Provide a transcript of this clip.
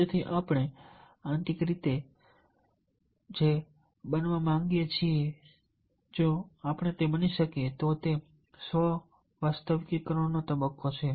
તેથી આપણે આંતરિક રીતે જે બનવા માંગીએ છીએ જો આપણે તે બની શકીએ તે સ્વ વાસ્તવિકકરણનો તબક્કો છે